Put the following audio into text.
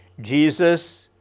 Jesus